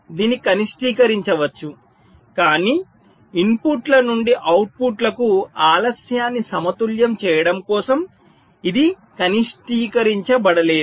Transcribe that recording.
దీన్ని కనిష్టీకరించవచ్చు కాని ఇన్పుట్ల నుండి అవుట్పుట్లకు ఆలస్యాన్ని సమతుల్యం చేయడం కోసం ఇది కనిష్టీకరించబడలేదు